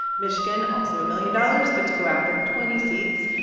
michigan, also a million dollars, but to go after twenty seats.